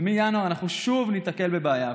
ומינואר אנחנו שוב ניתקל בבעיה.